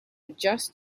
adjust